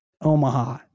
Omaha